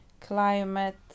climate